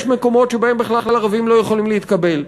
יש מקומות שבהם בכלל ערבים לא יכולים להתקבל.